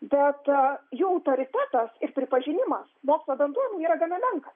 bet jų autoritetas ir pripažinimas mokslo bendruomenėj yra gana menkas